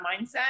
mindset